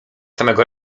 samego